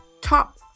top